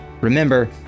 Remember